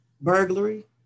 burglary